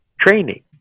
training